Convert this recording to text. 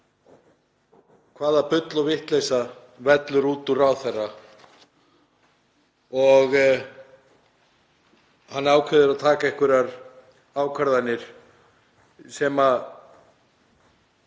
hvaða bull og vitleysa vellur út úr ráðherra og hann ákveður að taka einhverjar ákvarðanir sem